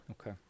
Okay